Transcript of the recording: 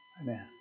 Amen